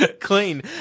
Clean